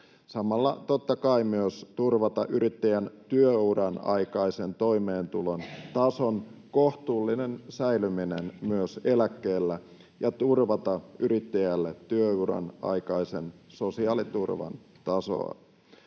samalla totta kai myös turvata yrittäjän työuran aikaisen toimeentulon tason kohtuullinen säilyminen myös eläkkeellä ja turvata yrittäjälle työuran aikaisen sosiaaliturvan tasoa.